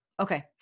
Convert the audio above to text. Okay